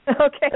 Okay